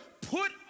put